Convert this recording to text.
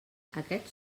aquests